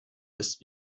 ist